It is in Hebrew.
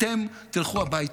אתם תלכו הביתה,